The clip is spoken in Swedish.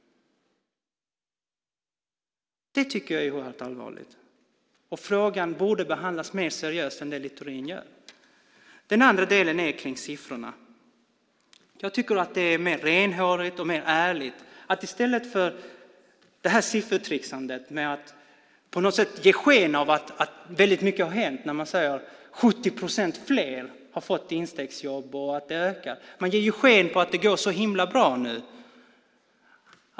Det tycker jag är oerhört allvarligt. Frågan borde behandlas mer seriöst än Littorin gör. Den andra delen rör sig om siffrorna. Jag tycker att det är mer renhårigt och mer ärligt att faktiskt säga som det är i stället för siffertricksandet med att på något sätt ge sken av att väldigt mycket har hänt. Man säger att 70 procent fler har fått instegsjobb och att antalet ökar. Man ger sken av att det går så himla bra nu.